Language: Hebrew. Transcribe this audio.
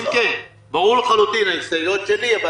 ברור לחלוטין, ההסתייגויות שלי.